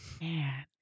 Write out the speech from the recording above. Man